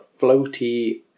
floaty